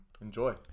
enjoy